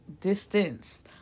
distance